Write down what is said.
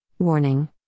Warning